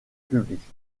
publique